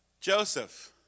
Joseph